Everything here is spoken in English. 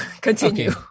continue